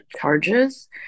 charges